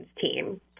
team